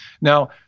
Now